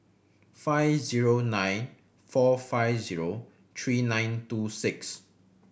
five zero nine four five zero three nine two six